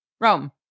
Rome